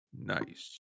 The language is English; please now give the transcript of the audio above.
nice